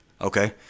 Okay